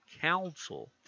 Council